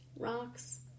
rocks